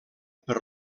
per